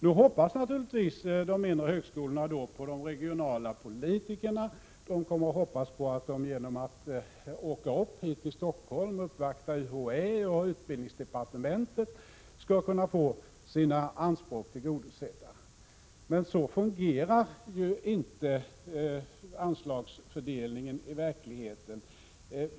Nu hoppas naturligtvis de mindre högskolorna på de regionala politikerna och på att man genom att åka upp till Stockholm och uppvakta UHÄ och utbildningsdepartementet skall kunna få sina anspråk tillgodosedda. Men så fungerar ju inte anslagsfördelningen i verkligheten.